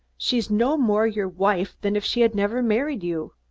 she's no more your wife than if she had never married you.